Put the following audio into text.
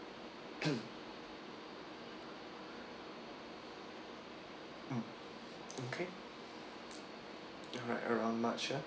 mm okay alright around march ah